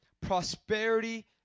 prosperity